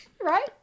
Right